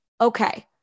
Okay